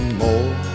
more